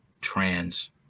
trans